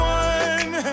one